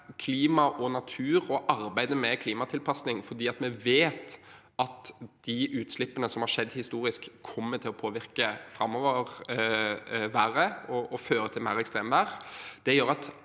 klima og natur og arbeidet med klimatilpasning, for vi vet at de utslippene som har skjedd historisk, kommer til å påvirke været framover og føre til mer ekstremvær. Det gjør at